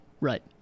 Right